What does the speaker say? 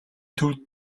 төвд